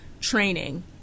training